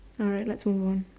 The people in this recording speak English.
alright let's move on